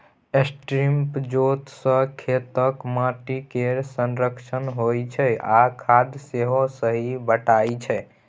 strip जोत सँ खेतक माटि केर संरक्षण होइ छै आ खाद सेहो सही बटाइ छै